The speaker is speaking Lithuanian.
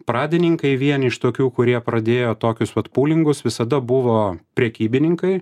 pradininkai vieni iš tokių kurie pradėjo tokius vat pulingus visada buvo prekybininkai